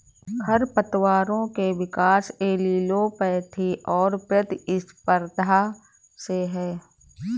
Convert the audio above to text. खरपतवारों के विकास एलीलोपैथी और प्रतिस्पर्धा से है